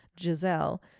Giselle